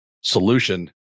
solution